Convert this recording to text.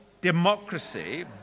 democracy